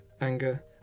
anger